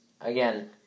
again